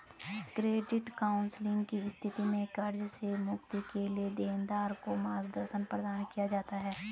credit counselling की स्थिति में कर्ज से मुक्ति के लिए देनदार को मार्गदर्शन प्रदान किया जाता है